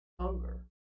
Hunger